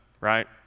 right